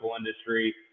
industry